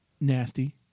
Nasty